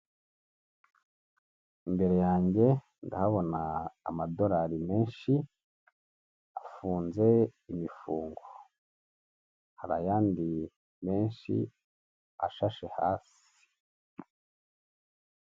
Imbere yange ndahabona amadolari menshi afunze imifungo hari ayandi menshi ashashe hasi.